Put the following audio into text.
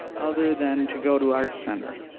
other than to go to arts centre?